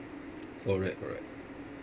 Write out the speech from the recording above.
correct correct